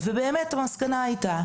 המסקנה הייתה,